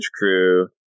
crew